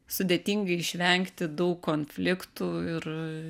sudėtinga išvengti daug konfliktų ir